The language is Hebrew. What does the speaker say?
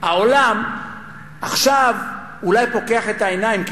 העולם עכשיו אולי פוקח את העיניים,